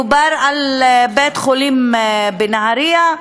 מדובר על בית-חולים בנהריה,